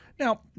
Now